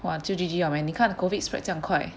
哇就 G_G liao man 你看 COVID spread 这样快